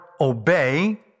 obey